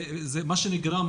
מה שנגרם,